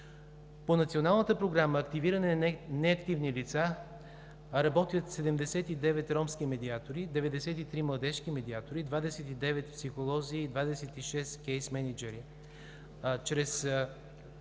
По Националната програма „Активиране на неактивни лица“ работят: 79 ромски медиатори, 93 младежки медиатори, 29 психолози, 26 кейс мениджъри.